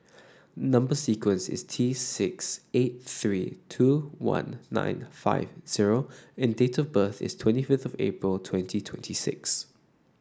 number sequence is T six eight three two one nine five zero and date of birth is twenty fifth of April twenty twenty six